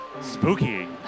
Spooky